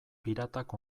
piratak